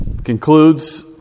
concludes